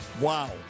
Wow